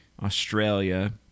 Australia